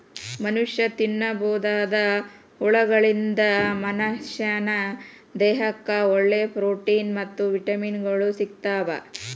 ಮನಷ್ಯಾ ತಿನ್ನಬೋದಾದ ಹುಳಗಳಿಂದ ಮನಶ್ಯಾನ ದೇಹಕ್ಕ ಒಳ್ಳೆ ಪ್ರೊಟೇನ್ ಮತ್ತ್ ವಿಟಮಿನ್ ಗಳು ಸಿಗ್ತಾವ